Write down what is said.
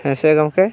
ᱦᱮᱸᱥᱮ ᱜᱚᱢᱠᱮ